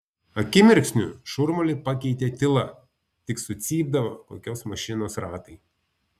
akimirksniu šurmulį pakeitė tyla tik sucypdavo kokios mašinos ratai